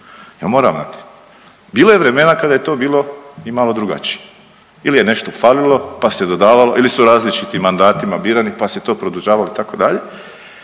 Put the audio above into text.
mjesecu … Bilo je vremena kada je to bilo i malo drugačije ili je nešto falilo pa se dodavalo ili su različitim mandatima birani pa se to produžavalo itd.,